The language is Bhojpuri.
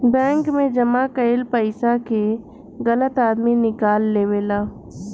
बैंक मे जमा कईल पइसा के गलत आदमी निकाल लेवेला